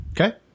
Okay